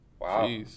Wow